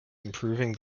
improving